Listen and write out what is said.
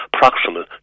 proximal